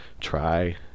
try